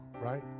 right